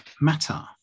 Matter